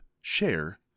share